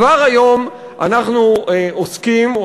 כבר היום אנחנו עוסקים,